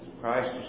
Christ